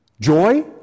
Joy